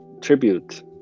tribute